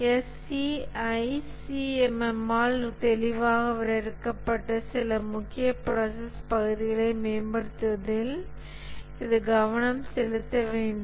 SEI CMM ஆல் தெளிவாக வரையறுக்கப்பட்ட சில முக்கிய ப்ராசஸ் பகுதிகளை மேம்படுத்துவதில் இது கவனம் செலுத்த வேண்டும்